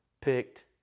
picked